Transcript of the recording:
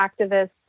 activists